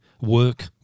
work